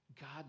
God